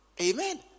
Amen